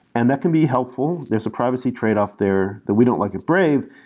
and that can be helpful there's a privacy trade-off there that we don't like at brave,